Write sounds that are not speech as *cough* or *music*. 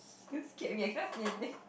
*laughs* don't scare me I cannot see anything